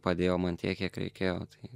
padėjo man tiek kiek reikėjo tai